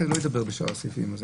לא אדבר בהמשך על שאר הסעיפים לכן אני